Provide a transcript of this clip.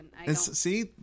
See